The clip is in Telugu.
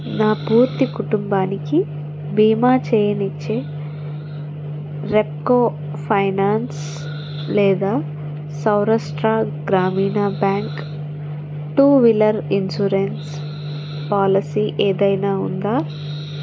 నా పూర్తి కుటుంబానికి బీమా చేయనిచ్చే రెప్కో ఫైనాన్స్ లేదా సౌరాష్ట్ర గ్రామీణ bank two wheeler insurance policy ఏదైనా ఉందా